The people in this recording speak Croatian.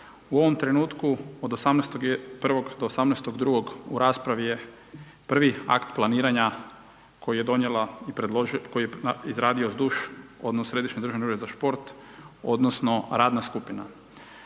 u ovom trenutku od 18.1 do 18.2 u raspravi je prvi akt planiranja koji je donijela, koji je izradio SDUŠ, odnosno, Središnji državni ured za šport, odnosno, radna skupina.